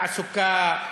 תעסוקה,